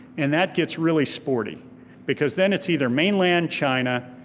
and that gets really sporty because then it's either mainland china,